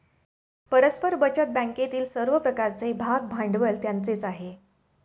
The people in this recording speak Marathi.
परस्पर बचत बँकेतील सर्व प्रकारचे भागभांडवल त्यांचेच आहे